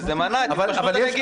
וזה מנע את התפשטות הנגיף.